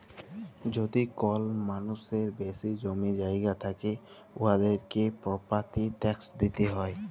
যদি কল মালুসের বেশি জমি জায়গা থ্যাকে উয়াদেরকে পরপার্টি ট্যাকস দিতে হ্যয়